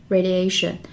Radiation